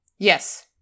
yes